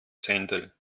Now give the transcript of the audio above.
zehntel